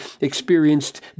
experienced